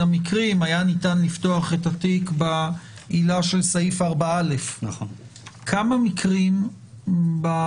המקרים היה ניתן לפתוח את התיק בעילה של סעיף 4א. כמה מקרים מאז